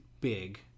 big